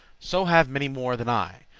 so have many more than i.